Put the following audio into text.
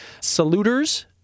saluters